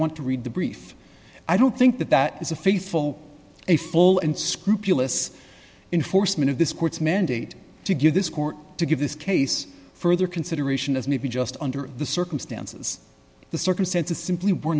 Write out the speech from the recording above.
want to read the brief i don't think that that is a faithful a full and scrupulous enforcement of this court's mandate to give this court to give this case further consideration as maybe just under the circumstances the circumstances simply were